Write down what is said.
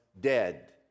dead